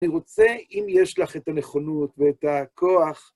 אני רוצה, אם יש לך את הנכונות ואת הכוח,